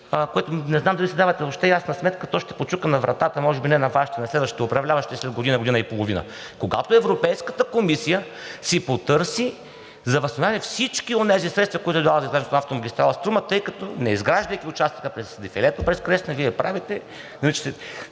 което не знам дали си давате въобще ясна сметка, то ще почука на вратата, може би не на Вашата, а на следващите управляващи след година – година и половина: когато Европейската комисия си потърси за възстановяване всички онези средства, които дава за изграждането на автомагистрала „Струма“, тъй като не изграждайки участъка през дефилето, през Кресна, Вие правите типичния